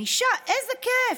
האישה: איזה כיף.